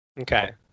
okay